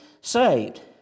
saved